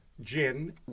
Gin